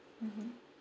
mmhmm